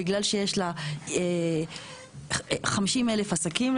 בגלל שיש לה 50,000 עסקים,